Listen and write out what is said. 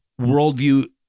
worldview